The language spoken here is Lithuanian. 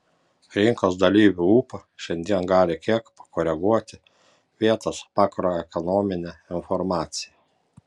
rinkos dalyvių ūpą šiandien gali kiek pakoreguoti vietos makroekonominė informacija